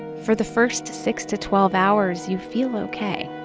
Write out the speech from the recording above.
for the first six to twelve hours you feel ok.